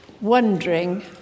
wondering